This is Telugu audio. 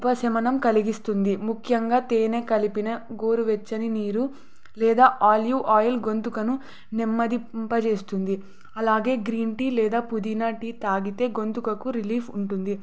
ఉపశమనం కలిగిస్తుంది ముఖ్యంగా తేనేె కలిపిన గోరువెచ్చని నీరు లేదా ఆలివ్ ఆయిల్ గొంతును నెమ్మదింప చేస్తుంది అలాగే గ్రీన్ టీ లేదా పుదీనా టీ తాగితే గొంతుకు రిలీఫ్ ఉంటుంది